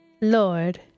Lord